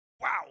wow